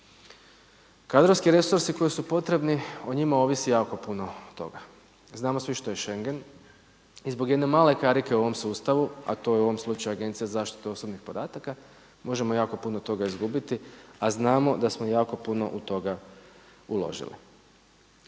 Kadrovski resursi koji su potrebni o njima ovisi jako puno toga, znamo svi što je Schengen i zbog jedne male karike u ovom sustavu a to je u ovom slučaju Agencija za zaštitu osobnih podataka možemo jako puno toga izgubiti a znamo da smo jako puno od toga uložili.